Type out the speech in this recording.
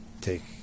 take